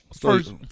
first